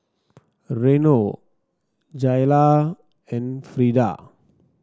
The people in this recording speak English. Reno Jayla and Frieda